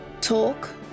talk